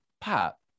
pop